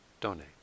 donate